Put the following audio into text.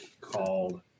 called